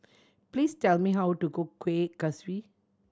please tell me how to cook Kueh Kaswi